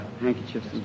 handkerchiefs